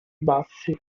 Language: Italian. bassi